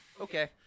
Okay